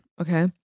okay